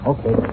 Okay